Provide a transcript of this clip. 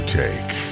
take